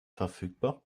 verfügbar